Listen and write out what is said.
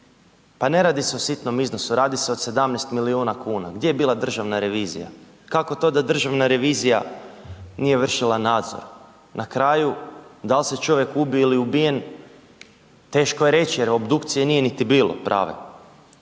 pa ne radi se o sitnom iznosu, radi se od 17 milijuna kuna, gdje je bila državna revizija? Kako to da državna revizija nije vršila nadzor? Na kraju dal se čovjek ubio il je ubijen, teško je reći jer obdukcije nije niti bilo prave